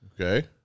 Okay